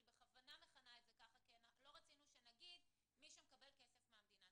אני בכוונה מכנה את זה כך כי לא רצינו להגיד "מי שמקבל כסף מהמדינה",